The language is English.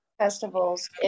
festivals